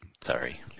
Sorry